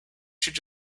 should